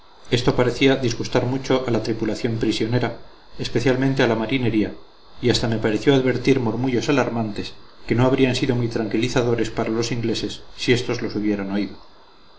esto parecía disgustar mucho a la tripulación prisionera especialmente a la marinería y hasta me pareció advertir murmullos alarmantes que no habrían sido muy tranquilizadores para los ingleses si éstos los hubieran oído